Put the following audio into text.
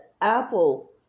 apple